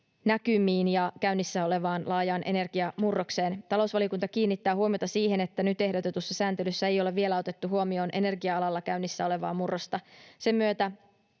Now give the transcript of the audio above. ja käynnissä olevaan laajaan energiamurrokseen. Talousvaliokunta kiinnittää huomiota siihen, että nyt ehdotetussa sääntelyssä ei ole vielä otettu huomioon energia-alalla käynnissä olevaa murrosta. Sen myötä